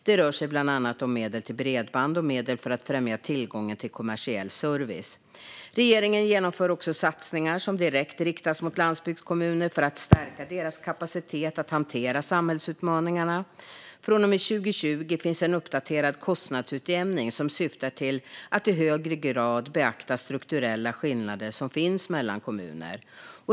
Det rör sig bland annat om medel till bredband och medel för att främja tillgången till kommersiell service. Regeringen genomför också satsningar som direkt riktas mot landsbygdskommuner för att stärka deras kapacitet att hantera samhällsutmaningarna. Från och med 2020 finns en uppdaterad kostnadsutjämning som syftar till att i högre grad beakta strukturella skillnader som finns mellan kommuner.